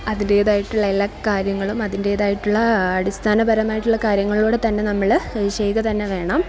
അതിൻ്റേതായിട്ടുള്ള എല്ലാ കാര്യങ്ങളും അതിൻ്റേതായിട്ടുള്ള അടിസ്ഥാനപരമായിട്ടുള്ള കാര്യങ്ങളോട് തന്നെ നമ്മൾ ചെയ്യുക തന്നെ വേണം